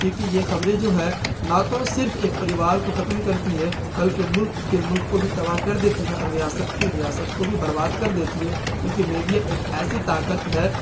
کیونکہ یہ خبرے جو ہے نا تو صرف ایک پریوار کو ختم کرتی ہے بلکہ ملک کے ملک کو بھی تباہ کر دیتی ہے اور ریاست کے ریاست کو بھی برباد کر دیتی ہے کیونکہ میڈیا ایک ایسی طاقت ہے